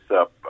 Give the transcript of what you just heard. up